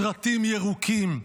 סרטים ירוקים,